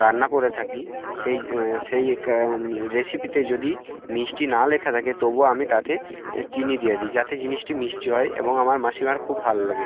রান্না করে থাকি সেই সেই রেসিপিতে যদি মিষ্টি না লেখা থাকে তবু আমি তাতে চিনি দিয়ে দিই যাতে জিনিসটি মিষ্টি হয় এবং আমার মাসিমার খুব ভাল্ লাগে